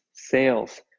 sales